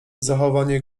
zachowanie